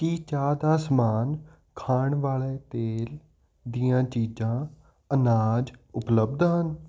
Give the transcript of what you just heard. ਕੀ ਚਾਹ ਦਾ ਸਮਾਨ ਖਾਣ ਵਾਲੇ ਤੇਲ ਦੀਆਂ ਚੀਜ਼ਾਂ ਅਨਾਜ ਉਪਲੱਬਧ ਹਨ